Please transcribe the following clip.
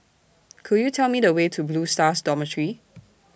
Could YOU Tell Me The Way to Blue Stars Dormitory